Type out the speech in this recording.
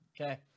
Okay